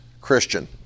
Christian